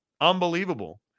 Unbelievable